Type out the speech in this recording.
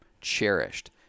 cherished